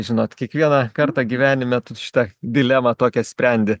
žinot kiekvieną kartą gyvenime šitą dilemą tokią sprendi